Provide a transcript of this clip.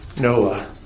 Noah